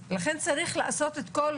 אז לכן צריך לעשות את כל,